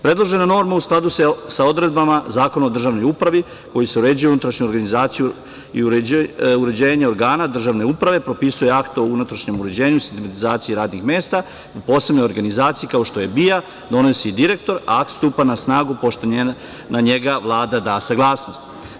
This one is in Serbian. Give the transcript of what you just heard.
Predložena norma, u skladu sa odredbama Zakona o državnoj upravi kojim se uređuje unutrašnja organizacija i uređenje organa državne uprave, propisuje akta o unutrašnjem uređenju i sistematizaciji radnih mesta u posebnoj organizaciji kao što je BIA donosi direktor, a stupa na snagu pošto na njega Vlada da saglasnost.